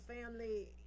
family